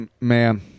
man